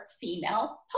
female